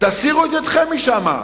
תסירו את ידכם משם,